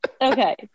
Okay